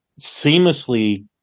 seamlessly